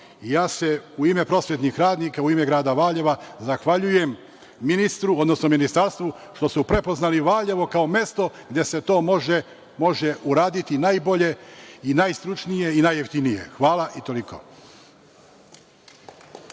se u ime prosvetnih radnika, u ime grada Valjeva zahvaljujem ministru, odnosno ministarstvu što su prepoznali Valjevo kao mesto gde se to može uraditi najbolje i najstručnije i najjeftinije. Hvala. Toliko.